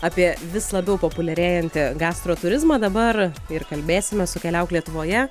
apie vis labiau populiarėjantį gastro turizmą dabar ir kalbėsime su keliauk lietuvoje